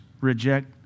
reject